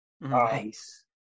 Nice